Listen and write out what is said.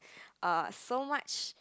err so much